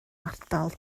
ardal